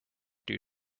due